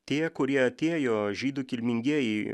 tie kurie atėjo žydų kilmingieji